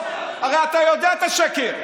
הרי אתה יודע את השקר.